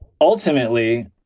ultimately